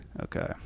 Okay